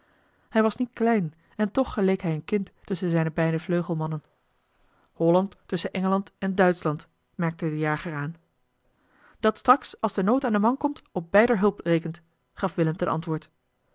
hij was niet klein en toch geleek hij een kind tusschen zijne beide vleugelmannen holland tusschen engeland en duitschland merkte de jager aan dat straks als de nood aan den man komt op beider hulp rekent gaf willem ten antwoord